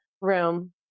room